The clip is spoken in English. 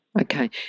Okay